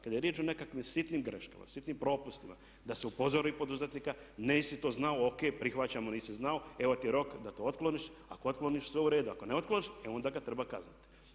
Kada je riječ o nekakvim sitnima greškama, sitnim propustima da se upozori poduzetnika nisi to znao, ok., prihvaćamo nisi znao, evo ti rok da to otkloniš, ako otkloniš sve u redu, ako ne otkloniš e onda ga treba kazniti.